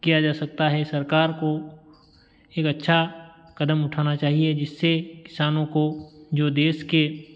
किया जा सकता है सरकार को एक अच्छा कदम उठाना चाहिए जिससे किसानो को जो देश के